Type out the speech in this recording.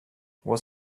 was